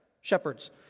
shepherds